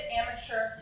amateur